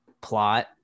plot